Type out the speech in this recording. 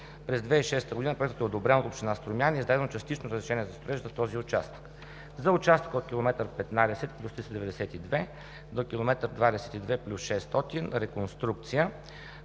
През 2006 г. проектът е одобрен от община Струмяни и е издадено частично разрешение за строеж за този участък; За участъка от километър 15+392 до километър 22+600 – реконструкция.